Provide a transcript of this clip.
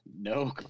No